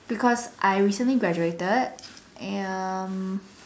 because I recently graduated and